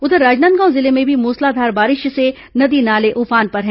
उधर राजनांदगांव जिले में भी मूसलाधार बारिश से नदी नाले उफान पर हैं